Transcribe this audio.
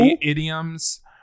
idioms